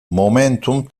momentum